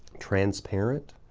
transparent.